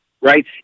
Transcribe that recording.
right